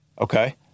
Okay